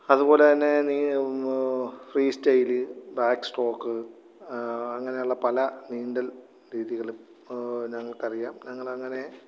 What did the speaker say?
അതുപോലെതന്നെ freestyle backstroke അങ്ങനെയുള്ള പല നീന്തൽ രീതികള് ഞങ്ങൾക്കറിയാം ഞങ്ങളങ്ങനെ